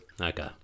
okay